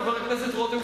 חבר הכנסת רותם,